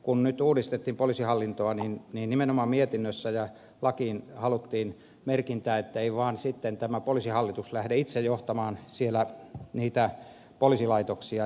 kun nyt uudistettiin poliisihallintoa niin nimenomaan mietintöön ja lakiin haluttiin merkintä että ei vaan sitten tämä poliisihallitus lähde itse johtamaan siellä niitä poliisilaitoksia